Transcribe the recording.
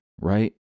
right